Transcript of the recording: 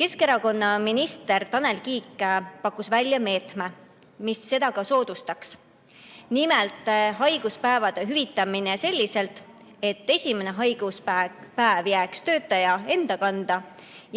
Keskerakonna minister Tanel Kiik pakkus välja meetme, mis seda ka soodustaks. Nimelt, haiguspäevade hüvitamine selliselt, et esimene haiguspäev jääks töötaja enda kanda,